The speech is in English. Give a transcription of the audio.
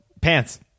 Pants